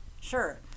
Sure